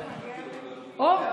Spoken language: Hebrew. אוה,